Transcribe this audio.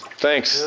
thanks,